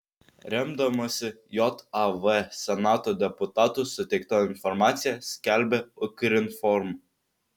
remdamasi jav senato deputatų suteikta informacija skelbia ukrinform